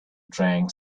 drank